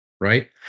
right